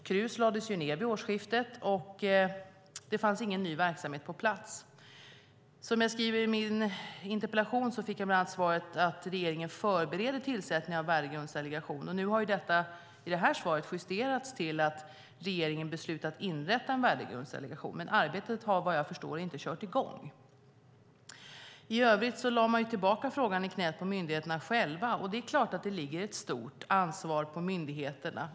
Krus lades ned vid årsskiftet, och det fanns inte någon ny verksamhet fanns på plats. Som jag skriver i min interpellation fick jag bland annat svaret att "Regeringen förbereder tillsättningen av en värdegrundsdelegation." Nu har detta i detta justerats till att "regeringen beslutat att inrätta en värdegrundsdelegation". Men arbetet har vad jag förstår ännu inte kommit i gång. I övrigt lade man tillbaka frågan i knäet på myndigheterna själva. Det är klart att det ligger ett stort ansvar på myndigheterna.